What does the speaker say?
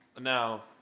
Now